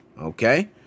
okay